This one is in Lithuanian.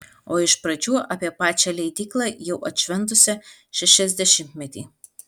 o iš pradžių apie pačią leidyklą jau atšventusią šešiasdešimtmetį